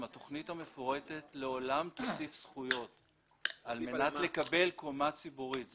המפורטת לעולם תוסיף זכויות על מנת לקבל קומה ציבורית.